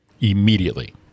Immediately